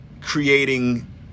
creating